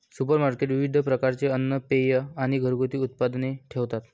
supermarket विविध प्रकारचे अन्न, पेये आणि घरगुती उत्पादने ठेवतात